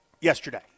yesterday